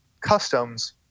customs